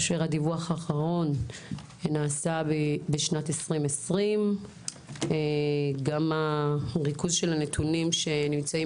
הדיווח האחרון נעשה בשנת 2020. גם ריכוז הנתונים שנמצאים